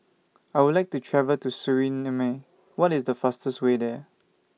I Would like to travel to Suriname What IS The fastest Way There